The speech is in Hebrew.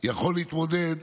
יכול להתמודד,